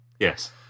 Yes